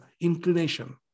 inclination